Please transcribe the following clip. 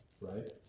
Right